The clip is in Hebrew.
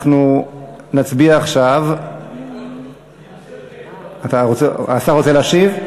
אנחנו נצביע עכשיו, השר רוצה להשיב?